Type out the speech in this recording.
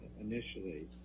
initially